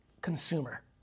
Consumer